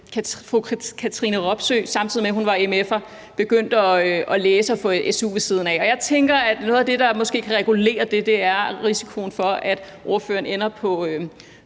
fru Katrine Robsøe, samtidig med at hun var mf, begyndte at læse og fik su ved siden af, og jeg tænker, at noget af det, der måske kan regulere det, er risikoen for, at ordføreren ender på